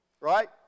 right